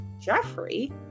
Jeffrey